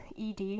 ED